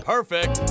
Perfect